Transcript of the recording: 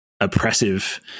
oppressive